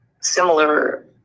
similar